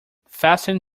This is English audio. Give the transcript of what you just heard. fasten